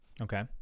Okay